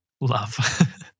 love